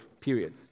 period